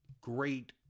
Great